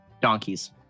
donkeys